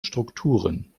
strukturen